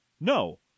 No